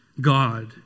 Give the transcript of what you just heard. God